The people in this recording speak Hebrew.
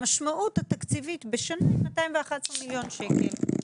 המשמעות התקציבית היא בשנה היא 211 מיליון שקלים.